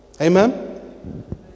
Amen